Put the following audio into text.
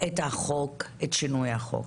את החוק, את שינוי החוק.